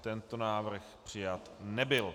Tento návrh přijat nebyl.